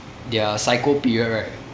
their psycho period right